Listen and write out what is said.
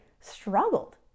Struggled